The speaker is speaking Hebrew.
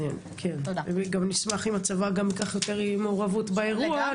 גם נשמח אם הצבא יקח יותר מעורבות באירוע,